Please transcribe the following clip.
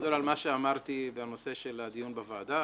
חוזר על מה שאמרתי בנושא של הדיון בוועדה,